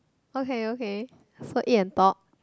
okay okay so eat and talk